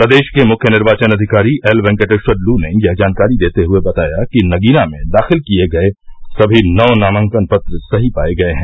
प्रदेश के मुख्य निर्वाचन अधिकारी एल वेंकटेश्वर लू ने यह जानकारी देते हुए बताया कि नगीना में दाखिल किये गये सभी नौ नामांकन पत्र सही पाये गये हैं